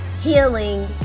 healing